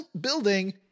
building